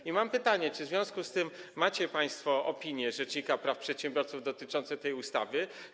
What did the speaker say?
I mam pytanie: Czy w związku z tym macie państwo opinię rzecznika praw przedsiębiorców dotyczącą tej ustawy?